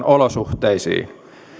olosuhteisiin